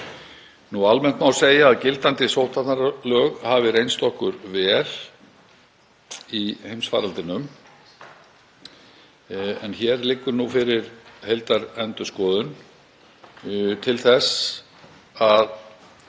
Almennt má segja að gildandi sóttvarnalög hafi reynst okkur vel í heimsfaraldrinum en hér liggur nú fyrir heildarendurskoðun til þess að